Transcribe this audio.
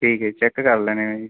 ਠੀਕ ਹੈ ਚੈੱਕ ਕਰ ਲੈਂਦੇ ਆ ਜੀ